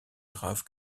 grave